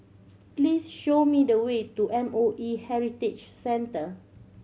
please show me the way to M O E Heritage Centre